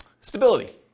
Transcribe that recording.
stability